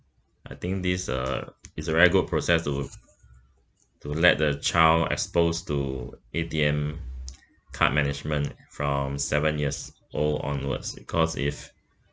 I think this uh is a very good process to to let the child exposed to A_T_M card management from seven years old onwards because if